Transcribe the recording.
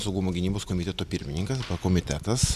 saugumo gynybos komiteto pirmininka komitetas